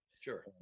sure